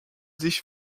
sich